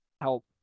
help